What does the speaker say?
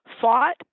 fought